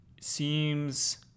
seems